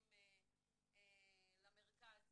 מספקים למרכז,